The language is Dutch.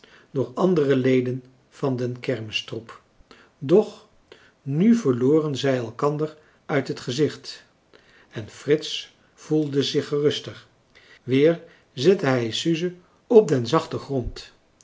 door andere leden van den kermistroep doch nu verloren zij elkander uit het gezicht en frits voelde zich geruster weer zette hij suze op den zachten grond